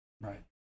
Right